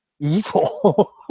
evil